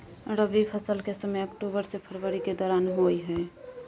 रबी फसल के समय अक्टूबर से फरवरी के दौरान होय हय